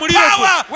power